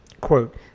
quote